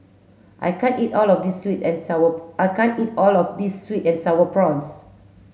I can't eat all of this sweet and sour I can't eat all of this sweet and sour prawns